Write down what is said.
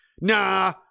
nah